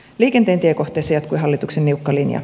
liikenteen tiekohteissa jatkui hallituksen niukka linja